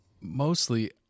mostly